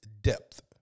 depth